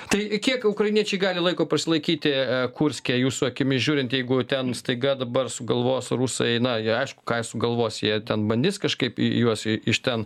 tai kiek ukrainiečiai gali laiko prasilaikyti kurske jūsų akimis žiūrint jeigu ten staiga dabar sugalvos rusai na jie aišku ką sugalvos jie ten bandys kažkaip juos iš ten